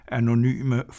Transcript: anonyme